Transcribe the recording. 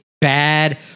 bad